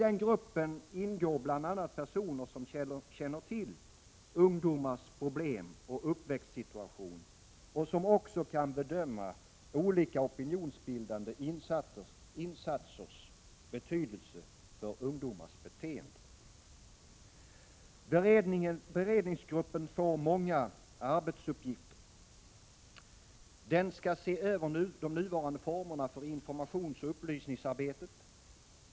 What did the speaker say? I gruppen ingår bl.a. personer som känner till ungdomars problem och uppväxtsituation och som också kan bedöma olika opinionsbildande insatsers betydelse för ungdomars beteende. Beredningsgruppen får många arbetsuppgifter. Den skall se över de nuvarande formerna för informationsoch upplysningsarbetet.